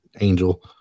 Angel